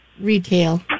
Retail